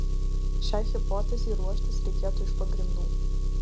šiai hipotezei ruoštis reikėtų iš pagrindų